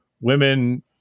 women